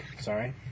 Sorry